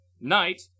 Knight